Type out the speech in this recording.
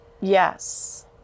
Yes